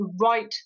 right